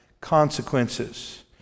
consequences